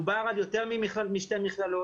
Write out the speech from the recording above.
מדובר על יותר משתי מכללות.